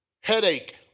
headache